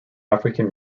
african